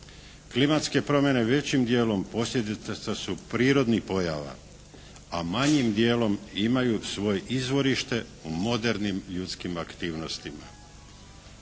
Klimatske promjene većim dijelom posljedica su prirodnih pojava, a manjim dijelom imaju svoje izvorište u modernim ljudskim aktivnostima.